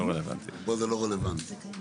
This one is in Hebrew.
פה זה לא רלוונטי.